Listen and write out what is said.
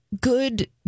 good